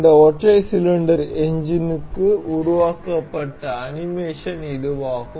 இந்த ஒற்றை சிலிண்டர் எஞ்சினுக்கு உருவாக்கப்பட்ட அனிமேஷன் இதுவாகும்